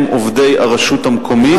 הם עובדי הרשות המקומית,